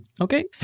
Okay